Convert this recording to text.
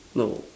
no